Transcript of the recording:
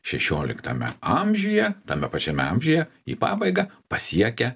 šešioliktame amžiuje tame pačiame amžiuje į pabaigą pasiekia